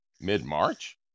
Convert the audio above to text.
mid-march